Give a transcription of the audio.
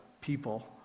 people